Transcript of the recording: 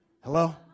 Hello